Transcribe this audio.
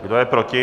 Kdo je proti?